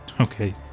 Okay